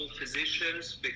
physicians